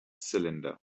cylinder